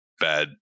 bad